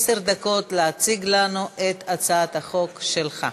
עשר דקות להציג לנו את הצעת החוק שלך.